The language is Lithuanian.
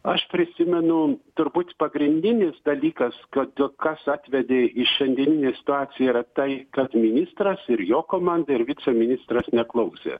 aš prisimenu turbūt pagrindinis dalykas kad kas atvedė į šiandieninę situaciją yra tai kad ministras ir jo komanda ir viceministras neklausė